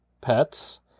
pets